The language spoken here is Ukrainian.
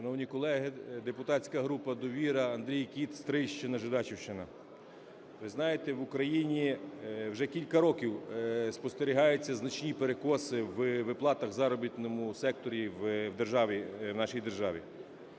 Шановні колеги, депутатська група "Довіра", Андрій Кіт, Стрийщийна, Жидачівщина. Ви знаєте, в Україні вже кілька років спостерігаються значні перекоси в виплатах у заробітному секторі в державі,